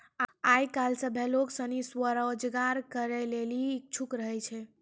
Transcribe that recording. आय काइल सभ्भे लोग सनी स्वरोजगार करै लेली इच्छुक रहै छै